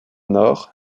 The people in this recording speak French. nord